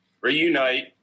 reunite